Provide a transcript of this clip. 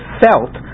felt